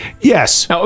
Yes